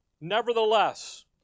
Nevertheless